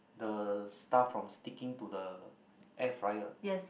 the stuff from sticking to the air fryer